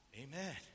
Amen